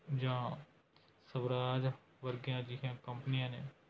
ਜਾਂ ਸਵਰਾਜ ਵਰਗੀਆਂ ਅਜਿਹੀਆਂ ਕੰਪਨੀਆਂ ਨੇ